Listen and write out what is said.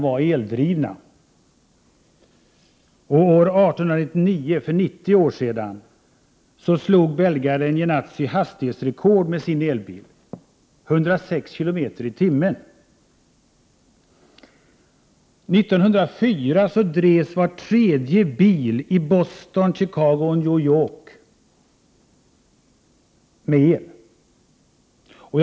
År 1899, för 90 år sedan, slog belgaren Jenatzy hastighetsrekord med sin elbil i 106 kilometer per timme. År 1904 drevs var tredje bili Boston, Chicago och New York med el.